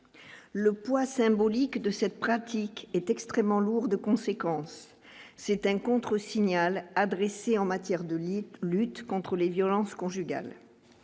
le poids symbolique de cette pratique est extrêmement lourd de conséquences, c'est un contre-signal adressé en matière de Lille, lutte contre les violences conjugales,